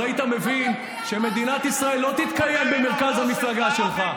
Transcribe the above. אז היית מבין שמדינת ישראל לא תתקיים במרכז המפלגה שלך.